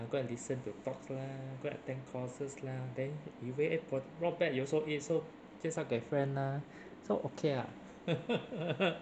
ah go and listen to talks lah go and attend courses lah then you went there not bad you also A so 介绍给 friend lah so okay lah